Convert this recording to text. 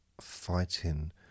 fighting